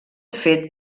fet